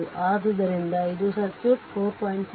ಆದ್ದರಿಂದ ಇದು ಸರ್ಕ್ಯೂಟ್ 4